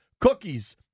cookies